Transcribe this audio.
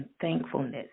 thankfulness